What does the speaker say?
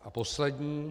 A poslední.